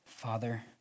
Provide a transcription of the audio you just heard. Father